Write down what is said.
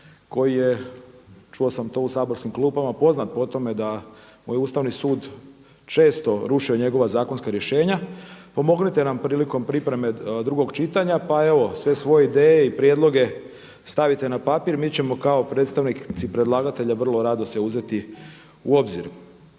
koji je čuo sam to u saborskim klupama poznat po tome da mu je Ustavni sud često rušio njegova zakonska rješenja. Pomognite nam prilikom pripreme drugog čitanja, pa evo sve svoje ideje i prijedloge stavite na papir. Mi ćemo kao predstavnici predlagatelja vrlo rado sve uzeti u obzir.